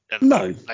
no